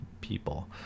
people